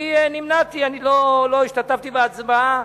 אני נמנעתי, אני לא השתתפתי בהצבעה.